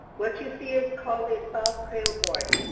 what you see is called a soft cradleboard.